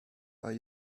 are